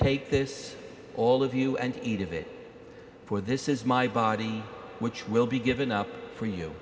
take this all of you and eat of it for this is my body which will be given up for you